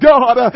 God